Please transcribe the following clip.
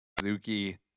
Suzuki